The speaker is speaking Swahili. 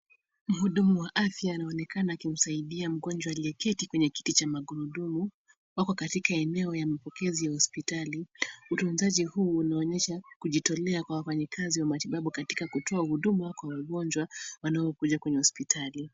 Muhudumu wa afya anaonekana akimsaidia mgonjwa aliyeketi kwenye kiti cha magurudumu wako katika eneo ya mapokezi hospitali utunzaji huu unaonyesha kujitolea kwa wafanyikazi wa matibabu katika kutoa huduma kwa wagonjwa wanaokuja kwenye hospitali.